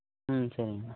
ம் சரிங்கண்ணா